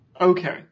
Okay